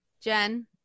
Jen